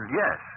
yes